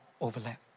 overlap